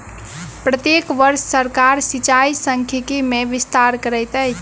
प्रत्येक वर्ष सरकार सिचाई सांख्यिकी मे विस्तार करैत अछि